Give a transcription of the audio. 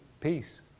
Peace